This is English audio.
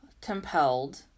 compelled